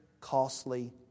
costly